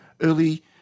early